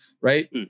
right